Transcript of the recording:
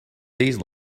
these